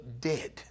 dead